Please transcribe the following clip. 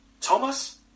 Thomas